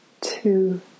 two